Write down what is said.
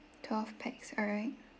twelve packs alright